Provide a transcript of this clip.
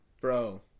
bro